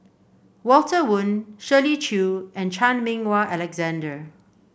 Walter Woon Shirley Chew and Chan Meng Wah Alexander